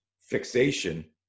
fixation